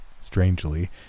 Strangely